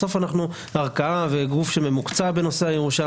בסוף אנחנו ערכאה וגוף שממוקצע בנושאי הירושה.